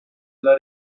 alla